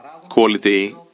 quality